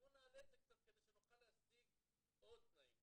בואו נעלה את זה קצת כדי שנוכל להשיג עוד תנאים בפוליסה,